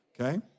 Okay